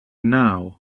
now